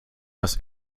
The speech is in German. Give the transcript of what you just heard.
das